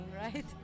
right